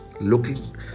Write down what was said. looking